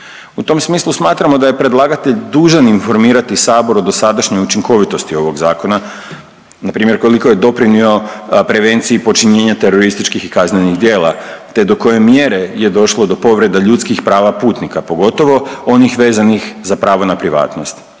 U tom smislu smatramo da je predlagatelj dužan informirati Sabor o dosadašnjoj učinkoviti ovog Zakona, npr. ukoliko je doprinio prevenciji počinjenja terorističkih i kaznenih djela te do koje mjere je došlo do povreda ljudskih prava putnika, pogotovo onih vezanih za pravo na privatnost.